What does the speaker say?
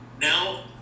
Now